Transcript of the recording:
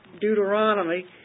Deuteronomy